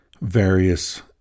various